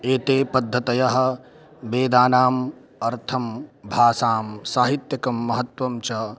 एताः पद्धतयः वेदानाम् अर्थं भाषां साहित्यिकं महत्त्वं च